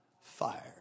fire